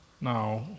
Now